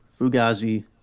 Fugazi